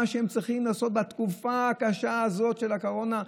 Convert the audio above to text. מה שהם צריכים לעשות בתקופה הקשה הזאת של הקורונה,